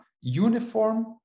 uniform